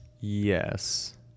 yes